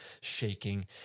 shaking